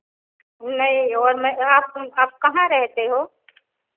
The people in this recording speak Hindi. नहीं और मैं आप आप कहाँ रहते हो